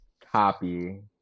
copy